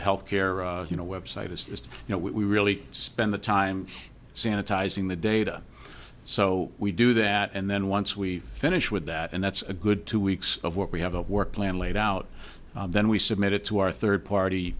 health care you know website is just you know we really spend the time sanitizing the data so we do that and then once we finish with that and that's a good two weeks of what we have a work plan laid out then we submit it to our third party